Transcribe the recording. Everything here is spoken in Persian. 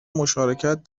مشارکت